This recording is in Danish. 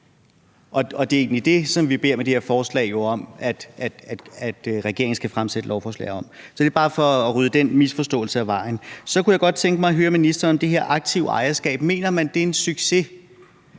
og det er egentlig det, vi med det her forslag beder regeringen om at fremsætte lovforslag om. Så det er bare for at rydde den misforståelse af vejen. Så kunne jeg godt tænke mig at høre ministeren om det her aktive ejerskab. Mener man, det er en succes?